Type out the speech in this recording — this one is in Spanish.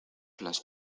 las